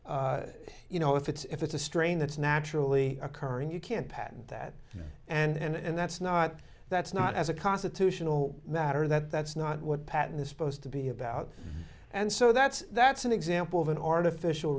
it's you know if it's if it's a strain that's naturally occurring you can't patent that and that's not that's not as a constitutional matter that that's not what patent is supposed to be about and so that's that's an example of an artificial